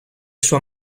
sua